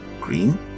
green